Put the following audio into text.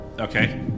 Okay